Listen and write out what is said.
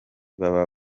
baba